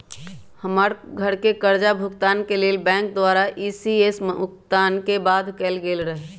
हमर घरके करजा भूगतान के लेल बैंक द्वारा इ.सी.एस भुगतान के बाध्य कएल गेल रहै